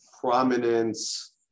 prominence